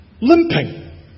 limping